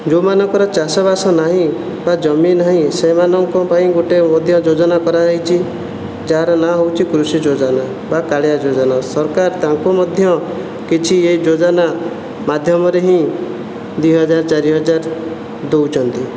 ଯେଉଁମାନଙ୍କର ଚାଷବାସ ନାହିଁ ବା ଜମି ନାହିଁ ସେମାନଙ୍କ ପାଇଁ ଗୋଟେ ମଧ୍ୟ ଯୋଜନା କରାଯାଇଛି ଯାହାର ନାଁ ହେଉଛି କୃଷି ଯୋଜନା ବା କାଳିଆ ଯୋଜନା ସରକାର ତାଙ୍କୁ ମଧ୍ୟ କିଛି ଏହି ଯୋଜନା ମାଧ୍ୟମରେ ହିଁ ଦୁଇହଜାର ଚାରି ହଜାର ଦେଉଛନ୍ତି